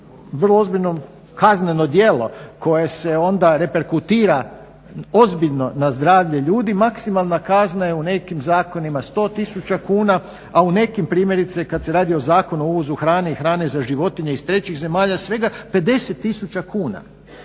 vrlo ozbiljno kazneno djelo koje se onda reperkutira ozbiljno na zdravlje ljudi maksimalna kazna je u nekim zakonima 100 tisuća kuna, a u nekim primjerice kada se radi o Zakonu o uvozu hrane i hrane za životinje iz trećih zemalja svega 50 tisuća kuna.